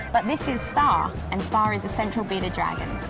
but this is star. and star is a central bearded dragon.